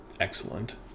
excellent